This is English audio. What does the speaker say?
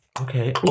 Okay